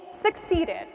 succeeded